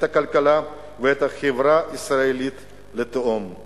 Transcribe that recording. את הכלכלה ואת החברה הישראלית לתהום.